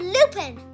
Lupin